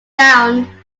down